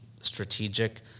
strategic